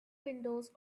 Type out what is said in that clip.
windows